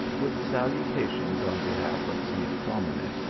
with salutations on behalf of saint dominick,